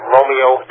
Romeo